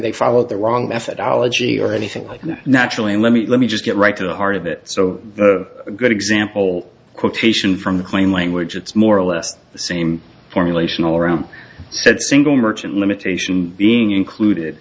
they follow the wrong methodology or anything like that naturally let me let me just get right to the heart of it so a good example quotation from the claim language it's more or less the same formulation all around said single merchant limitation being included